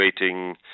waiting